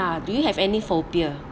uh do you have any phobia